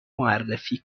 معرفی